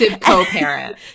co-parent